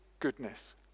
goodness